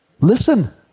Listen